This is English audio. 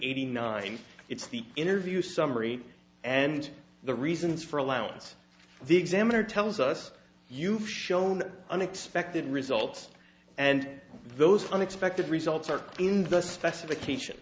eighty nine it's the interview summary and the reasons for allowance the examiner tells us you've shown unexpected results and those unexpected results are in the specification